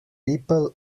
people